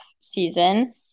season